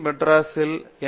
மெட்ராஸி ல் எம்